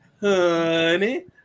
honey